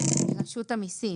מרשות המסים.